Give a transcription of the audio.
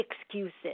excuses